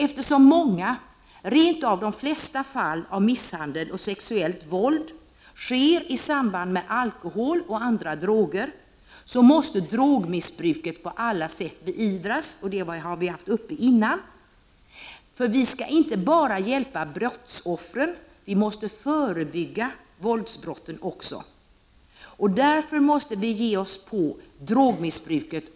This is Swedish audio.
Eftersom många fall, rent av de flesta, av misshandel och sexuellt våld sker i samband med förtäring av alkohol och andra droger, måste drogmissbruket på alla sätt beivras. Det har vi redan talat om. Det handlar inte enbart om att hjälpa brottsoffren, utan vi måste också förebygga våldsbrotten. Därför måste vi på alla sätt försöka stoppa drogmissbruket.